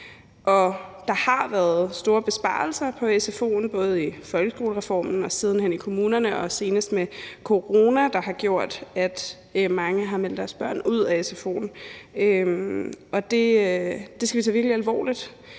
Der har været store besparelser på sfo'en både i folkeskolereformen og siden hen i kommunerne og senest med corona, der har gjort, at mange har meldt deres børn ud af sfo'en, og det skal vi tage virkelig alvorligt.